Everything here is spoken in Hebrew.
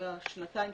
בשנתיים,